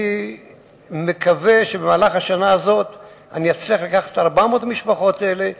אני מקווה שבמהלך השנה הזאת אצליח לקחת את 400 המשפחות האלה,